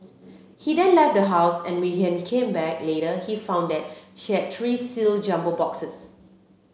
he then left the house and we came back later he found that she had three sealed jumbo boxes